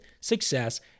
success